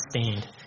stand